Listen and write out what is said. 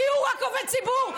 כי הוא רק עובד ציבור.